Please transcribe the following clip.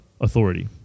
authority